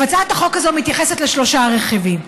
הצעת החוק הזאת מתייחסת לשלושה רכיבים: